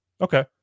Okay